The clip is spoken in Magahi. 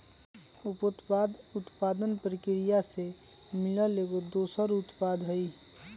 उपोत्पाद उत्पादन परकिरिया से मिलल एगो दोसर उत्पाद हई